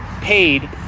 paid